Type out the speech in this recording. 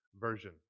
version